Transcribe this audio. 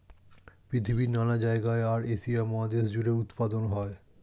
পৃথিবীর নানা জায়গায় আর এশিয়া মহাদেশ জুড়ে উৎপাদন হয়